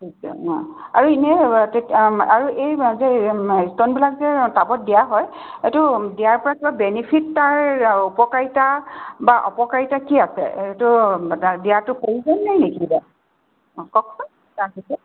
আৰু ইনেই আৰু এই ষ্টনবিলাক টাবত দিয়া হয় এইটো দিয়াৰ পৰা কিবা বেনিফিট তাৰ উপকাৰিতা বা অপকাৰিতা কি আছে হেইটো দিয়াতো নাই নেকি কিবা অঁ কওকচোন